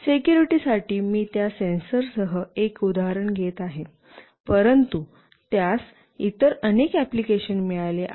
security साठी मी त्या सेन्सरसह एक उदाहरण घेत आहे परंतु त्यास इतर अनेक एप्लिकेशन मिळाले आहेत